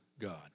God